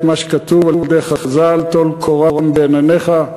מה שאמרו חז"ל: "טול קורה מבין עיניך".